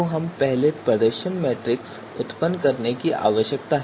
तो पहले हमें प्रदर्शन मैट्रिक्स उत्पन्न करने की आवश्यकता है